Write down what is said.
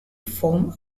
foam